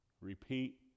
Repeat